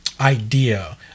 idea